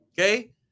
Okay